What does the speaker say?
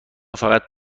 فقط